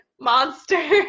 monster